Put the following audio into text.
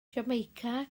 jamaica